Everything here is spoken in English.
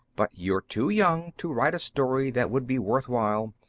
but you're too young to write a story that would be worth while.